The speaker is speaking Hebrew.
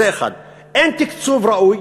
2. אין תקצוב ראוי.